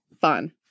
fun